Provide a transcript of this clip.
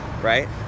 right